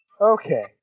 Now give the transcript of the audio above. Okay